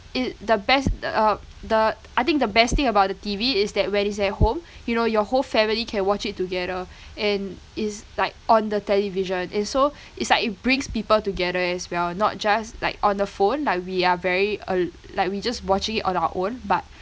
it the best uh the I think the best thing about the T_V is that where it's at home you know your whole family can watch it together and it's like on the television and so it's like it brings people together as well not just like on the phone like we are very al~ like we just watching it on our own but